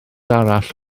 arall